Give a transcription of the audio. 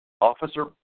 Officer